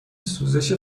سوزش